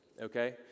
Okay